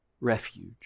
refuge